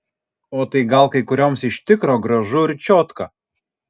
o tai gal kai kurioms iš tikro gražu ir čiotka